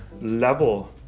level